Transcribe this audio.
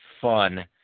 fun